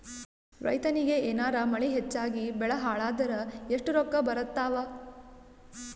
ರೈತನಿಗ ಏನಾರ ಮಳಿ ಹೆಚ್ಚಾಗಿಬೆಳಿ ಹಾಳಾದರ ಎಷ್ಟುರೊಕ್ಕಾ ಬರತ್ತಾವ?